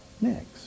next